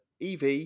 EV